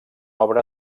obra